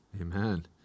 Amen